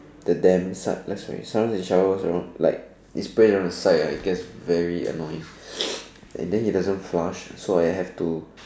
the damp side sometimes he showers you know like he sprays around the side it gets very annoying and then he doesn't flush so I have to